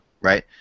right